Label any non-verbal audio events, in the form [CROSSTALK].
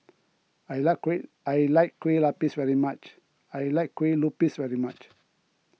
I like Kue I like Kue [UNINTELLIGIBLE] very much I like Kue Lupis very much